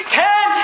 ten